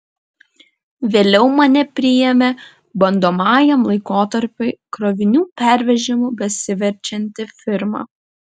vėliau mane priėmė bandomajam laikotarpiui krovinių pervežimu besiverčianti firma